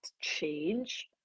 change